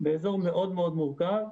באזור מאוד-מאוד מורכב.